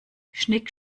schnick